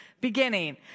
beginning